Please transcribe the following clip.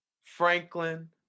Franklin